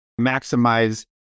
maximize